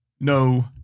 no